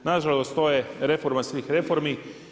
Nažalost, to je reforma svih reformi.